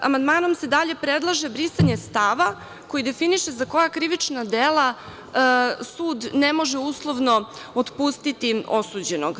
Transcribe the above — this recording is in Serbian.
Amandmanom se dalje predlaže brisanje stava koji definiše za koja krivična dela sud ne može uslovno otpustiti osuđenog.